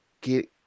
get